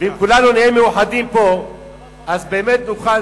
ואם כולנו נהיה מאוחדים פה אז באמת נוכל,